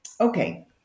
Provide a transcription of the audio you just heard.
okay